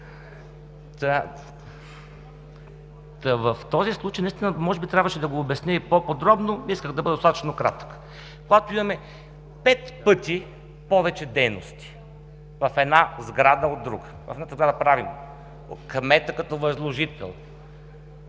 в този случай наистина може би трябваше да го обясня и по-подробно, но исках да бъда достатъчно кратък: когато имаме пет пъти повече дейности в една сграда от друга, в едната сграда правим кмета като възложител